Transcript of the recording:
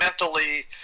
mentally